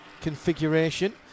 configuration